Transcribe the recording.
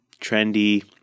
trendy